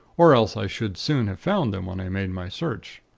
or else i should soon have found them, when i made my search.